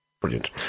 Brilliant